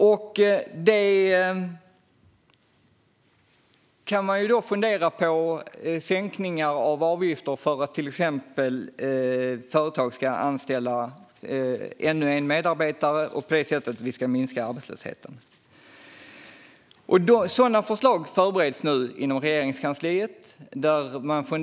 Vi kan fundera över att sänka avgifter för att företag ska anställa ännu en medarbetare och på det sättet minska arbetslösheten. Sådana förslag förbereds nu inom Regeringskansliet.